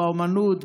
באומנות,